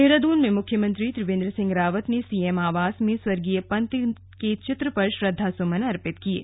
देहरादून में मुख्यमंत्री त्रिवेंद्र सिंह रावत ने सीएम आवास में स्वर्गीत पंत ने चित्र पर श्रद्वासुमन अर्पित किये